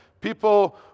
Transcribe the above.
people